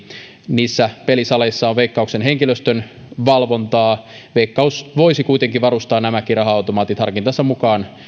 niissä pelisaleissa on veikkauksen henkilöstön valvontaa veikkaus voisi kuitenkin varustaa nämäkin raha automaatit harkintansa mukaan